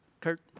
Kurt